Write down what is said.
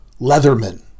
Leatherman